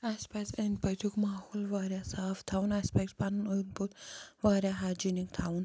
اسہِ پَزِ أنٛدۍ پٔتیٛک ماحول واریاہ صاف تھاوُن اسہِ پزِ پَنُن انٛدۍ پوٚک واریاہ ہایجیٖنِک تھاوُن